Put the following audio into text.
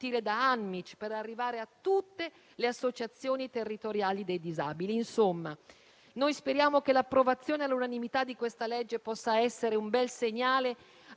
da Anmic, per arrivare a tutte le associazioni territoriali dei disabili. Insomma, noi speriamo che l'approvazione all'unanimità di questa legge possa essere un bel segnale,